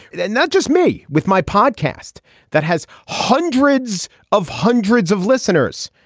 and and not just me with my podcast that has hundreds of hundreds of listeners.